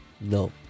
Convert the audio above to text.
No